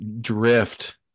drift